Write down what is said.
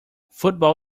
football